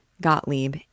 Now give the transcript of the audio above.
Gottlieb